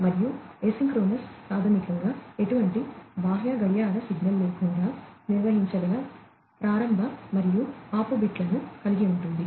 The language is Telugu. మరియు ఎసిన్క్రోనస్ ప్రాథమికంగా ఎటువంటి బాహ్య గడియార సిగ్నల్ లేకుండా నిర్వహించగల ప్రారంభ మరియు ఆపు బిట్లను కలిగి ఉంటుంది